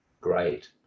Great